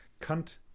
Cunt